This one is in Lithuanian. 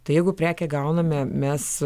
tai jeigu prekę gauname mes